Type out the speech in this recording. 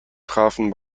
trafen